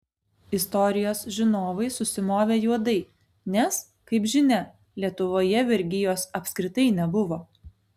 istorijos žinovai susimovė juodai nes kaip žinia lietuvoje vergijos apskritai nebuvo